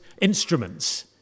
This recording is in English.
instruments